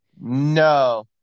No